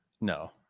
No